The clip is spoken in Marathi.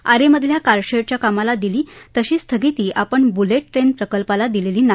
आरेमधल्या कारशेडच्या कामाला दिली तशी स्थगिती आपण ब्लेट ट्रेन प्रकल्पाला दिलेली नाही